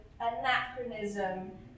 anachronism